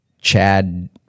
Chad